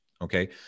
Okay